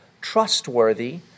trustworthy